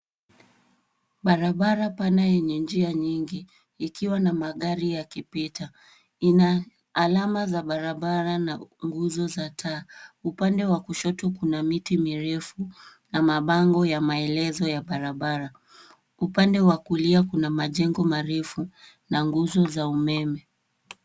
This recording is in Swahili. Barabara pana yenye njia nyingi ikiwa na magari yakipita. Ina alama za barabara na nguzo za taa. Upande wa kushoto kuna miti mirefu na mabango ya maelezo ya barabara. Upande wa kulia kuna majengo marefu na nguzo za umeme.